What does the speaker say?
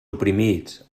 oprimits